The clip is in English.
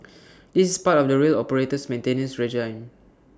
this part of the rail operator's maintenance regime